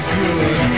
good